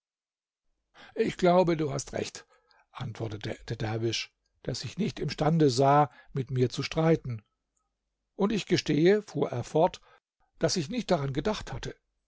ich glaube daß du recht hast antwortete der derwisch der sich nicht imstande sah mit mir zu streiten und ich gestehe fuhr er fort daß ich nicht daran gedacht hatte